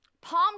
Palm